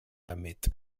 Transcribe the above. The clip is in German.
damit